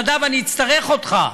נדב, אני אצטרך אותך.